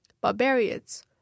barbarians